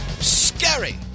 Scary